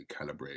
calibrate